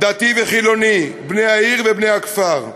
דתי וחילוני, בני העיר ובני הכפר.